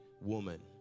woman